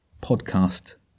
podcast